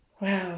Wow